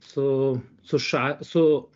su su ša su